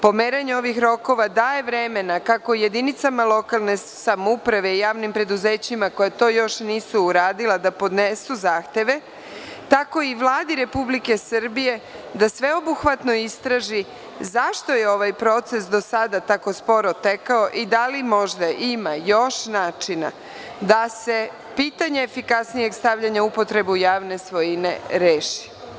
Pomeranje ovih rokova daje vremena, kako jedinicama lokalne samouprave i javnim preduzećima koja to još nisu uradila da podnesu zahteve, tako i Vladi Republike Srbije da sveobuhvatno istraži zašto je ovaj proces do sada tako sporo tekao i da li možda ima još načina da se pitanje efikasnijeg stavljanja u upotrebu javne svojine reši.